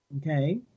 Okay